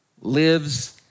lives